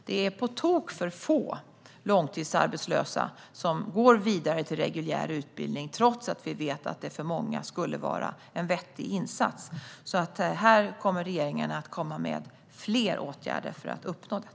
Det är på tok för få långtidsarbetslösa som går vidare till reguljär utbildning trots att vi vet att det för många skulle vara en vettig insats. Här kommer regeringen att komma med fler insatser för att uppnå detta.